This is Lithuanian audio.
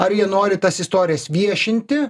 ar jie nori tas istorijas viešinti